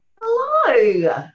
hello